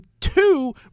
Two